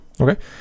Okay